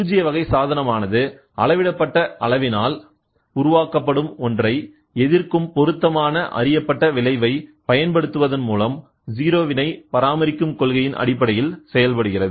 பூஜ்ய வகை சாதனமானது அளவிடப்பட்ட அளவினால் உருவாக்கப்படும் ஒன்றை எதிர்க்கும் பொருத்தமான அறியப்பட்ட விளைவை பயன்படுத்துவதன் மூலம் 0 வினை பராமரிக்கும் கொள்கையின் அடிப்படையில் செயல்படுகிறது